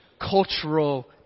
cultural